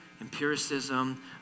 empiricism